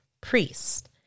priest